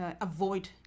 avoid